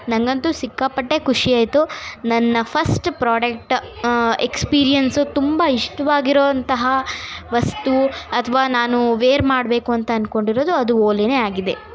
ನಂಗಂತೂ ಸಿಕ್ಕಾಪಟ್ಟೆ ಖುಷಿಯಾಯ್ತು ನನ್ನ ಫಸ್ಟ್ ಪ್ರಾಡಕ್ಟ್ ಎಕ್ಸ್ಪೀರ್ಯನ್ಸು ತುಂಬ ಇಷ್ಟವಾಗಿರೋ ಅಂತಹ ವಸ್ತು ಅಥ್ವಾ ನಾನು ವೇರ್ ಮಾಡಬೇಕು ಅಂತ ಅಂದ್ಕೊಂಡಿರೋದು ಅದು ಓಲೆಯೇ ಆಗಿದೆ